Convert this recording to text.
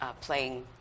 playing